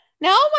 Now